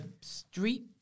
street